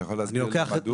אתה יכול להסביר מדוע?